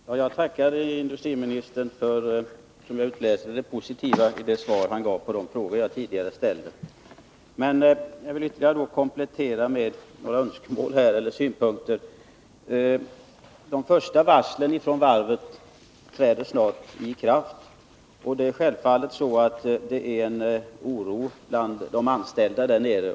Reaktionerna efter offentliggörandet av LKAB-styrelsens senaste dråpslag mot malmfältskommunerna torde vara väl kända för industriministern. Likaså bör det stå klart vilka enorma samhälleliga och mänskliga konsekvenser ett förverkligande av de aktuella planerna skulle få. Mot den bakgrunden framstår de i pressen återgivna förslagen till motåtgärder som skrämmande vaga, för att inte säga helt verkningslösa. Det finns därför anledning att av industriministern kräva svar på ett antal raka frågor: 1.